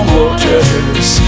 waters